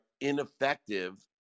ineffective